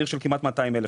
עיר של כמעט 200,000,